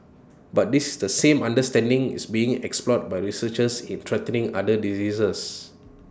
but this the same understanding is being explored by researchers in treating other diseases